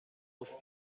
قفل